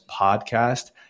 podcast